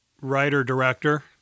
writer-director